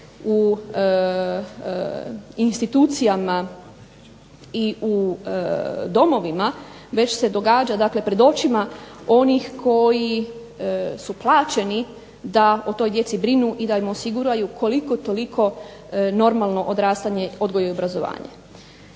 u institucijama i u domovima, već se događa pred očima onih koji su plaćeni da o toj djeci brinu i da im osiguraju koliko toliko normalno odrastanje, odgoj i obrazovanje.